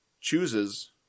chooses